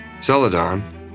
Celadon